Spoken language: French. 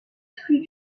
crues